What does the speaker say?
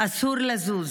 "אסור לזוז.